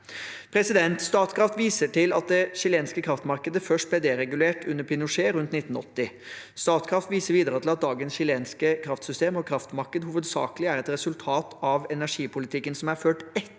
det være. Statkraft viser til at det chilenske kraftmarkedet først ble deregulert under Pinochet, rundt 1980. De viser videre til at dagens chilenske kraftsystem og kraftmarked hovedsakelig er et resultat av energipolitikken som er ført etter